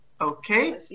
okay